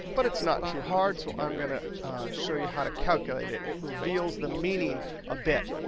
but it's not too hard. so i'm going to show you how to calculate it. it reveals the meaning a bit.